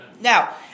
Now